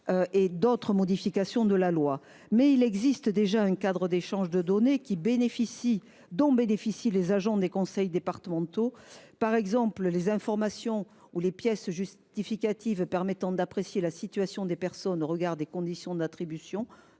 En tout état de cause, il existe déjà un cadre d’échange de données dont bénéficient les agents des conseils départementaux : par exemple, les informations ou les pièces justificatives permettant d’apprécier la situation des personnes au regard des conditions d’attribution